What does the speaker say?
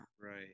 Right